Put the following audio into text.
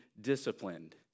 disciplined